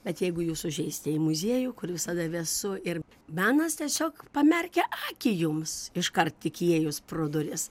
bet jeigu jūs užeisite į muziejų kur visada vėsu ir menas tiesiog pamerkia akį jums iškart tik įėjus pro duris